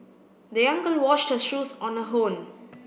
the young girl washed her shoes on her own